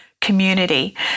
community